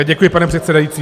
Děkuji, pane předsedající.